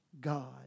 God